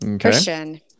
Christian